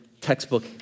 textbook